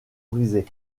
brisée